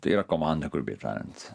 tai yra komanda grubiai tariant